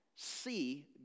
See